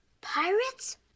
Pirates